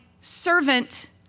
servant